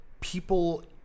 people